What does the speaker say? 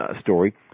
story